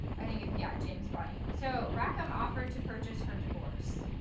i think. yeah. james bonny. so rackham offered to purchase her divorce.